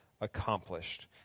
accomplished